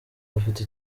bafite